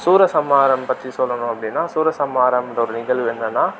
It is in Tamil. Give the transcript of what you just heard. சூரசம்ஹாரம் பறி சொல்லணும் அப்படின்னா சூரசம்ஹாரன்ற ஒரு நிகழ்வு என்னென்னால்